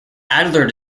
adler